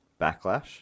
backlash